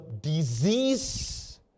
disease